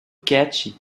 catchy